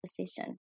position